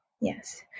Yes